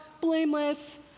blameless